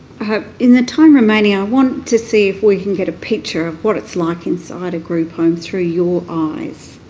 in the time remaining i want to see if we can get a picture of what it's like inside a group home through your eyes.